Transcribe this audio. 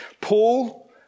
Paul